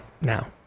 now